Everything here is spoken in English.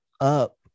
up